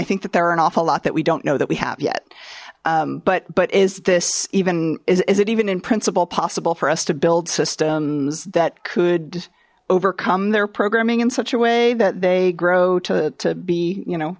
think that there are an awful lot that we don't know that we have yet but but is this even is it even in principle possible for us to build systems that could overcome their programming in such a way that they grow to be you know